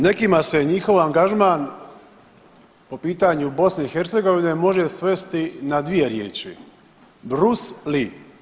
Nekima se njihov angažman po pitanju BiH može svesti na dvije riječi Bruce Lee.